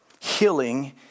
healing